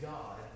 God